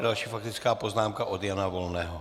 Další faktická poznámka od Jana Volného.